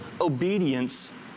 obedience